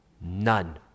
none